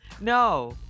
No